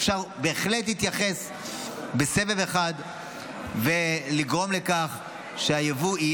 אפשר בהחלט להתייחס לכך בסבב אחד ולגרום שתהיה הוזלה אמיתית ביבוא.